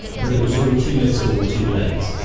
but it was all too little too late.